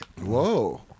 Whoa